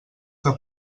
que